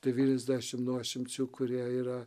devyniasdešim nuošimčių kurie yra